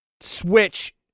Switch